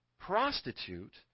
prostitute